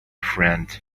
friend